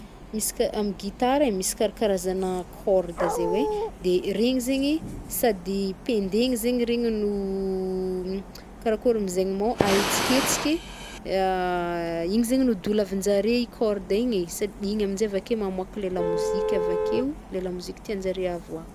Misy k, amy gitara e, misy karakarazana corde zay hoe, de regny zegny sady pindegny zegny regny no karakôry mo zegny, no ahetsiketsika, igny zegny no dolavinjare i corde igny, sady igny aminjay avake mamoàka le lamozika avakeo, le lamozika tianjare avoàka.